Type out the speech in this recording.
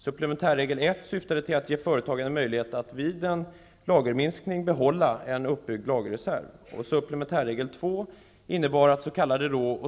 Supplementärregel 1 syftade till att ge företagen en möjlighet att vid en lagerminskning behålla en uppbyggd lagerreserv.